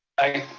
aye.